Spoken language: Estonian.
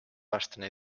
aastane